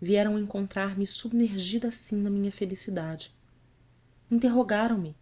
tua vieram encontrar me submergida assim na minha felicidade interrogaram me